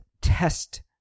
test